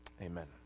Amen